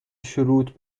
شروط